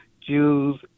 Jews